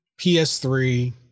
PS3